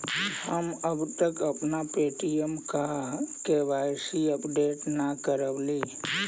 हम अब तक अपना पे.टी.एम का के.वाई.सी अपडेट न करवइली